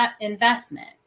investment